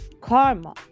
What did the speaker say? Karma